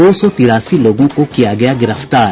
दो सौ तिरासी लोगों को किया गया गिरफ्तार